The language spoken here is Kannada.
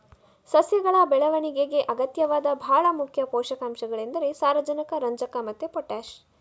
ಸಸ್ಯಗಳ ಬೆಳವಣಿಗೆಗೆ ಅಗತ್ಯವಾದ ಭಾಳ ಮುಖ್ಯ ಪೋಷಕಾಂಶಗಳೆಂದರೆ ಸಾರಜನಕ, ರಂಜಕ ಮತ್ತೆ ಪೊಟಾಷ್